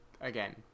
again